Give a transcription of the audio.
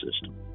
system